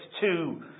two